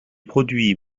produits